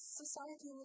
society